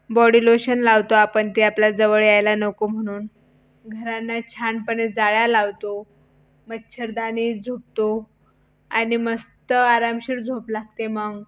body lotion लावतो आपण ते आपल्या जवळ यायला नको म्हणून घरांना छानपणे जाळ्या लावतो मच्छरदाणीत झोपतो आणि मस्त आरामशीर झोप लागते मग